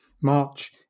March